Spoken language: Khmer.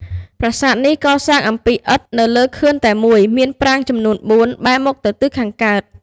ប្រាសាទនេះកសាង អំពីឥដ្ឋ នៅលើខឿនតែមួយ មានប្រាង្គ ចំនួន ៤ បែរមុខទៅទិសខាងកើត។